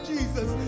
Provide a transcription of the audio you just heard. Jesus